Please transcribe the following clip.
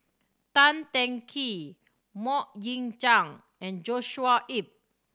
Tan Teng Kee Mok Ying Jang and Joshua Ip